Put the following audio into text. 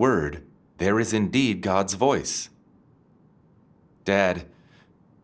word there is indeed god's voice dead